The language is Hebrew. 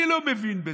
אני לא מבין בזה.